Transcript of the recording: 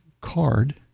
card